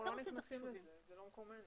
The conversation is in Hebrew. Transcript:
זה נכון